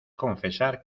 confesar